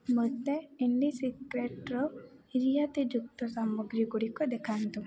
ମୋତେ ଇଣ୍ଡିସିକ୍ରେଟ୍ର ରିହାତିଯୁକ୍ତ ସାମଗ୍ରୀଗୁଡ଼ିକ ଦେଖାନ୍ତୁ